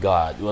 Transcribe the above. God